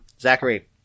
Zachary